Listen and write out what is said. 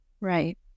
Right